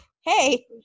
hey